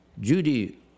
Judy